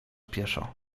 pieszo